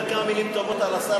אומר כמה מילים טובות על השר,